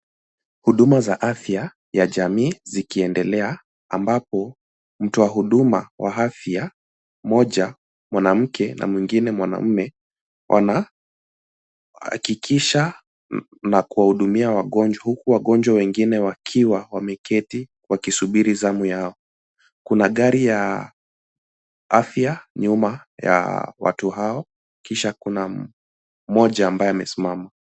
Huduma za afya ya jamii zikiendelea ambapo mtoa huduma wa afya, mmoja mwanamke na mwingine mwanamme wanahakikisha na kuwahudumia wagonjwa huku wagonjwa wengine wakiwa wameketi wakisubiri zamu yao. Kuna gari ya afya nyuma ya watu hao kisha kuna mmoja ambaye amesimama.